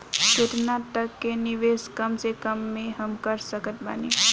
केतना तक के निवेश कम से कम मे हम कर सकत बानी?